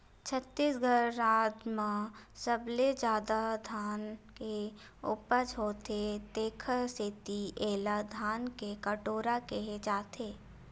छत्तीसगढ़ राज म सबले जादा धान के उपज होथे तेखर सेती एला धान के कटोरा केहे जाथे